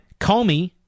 Comey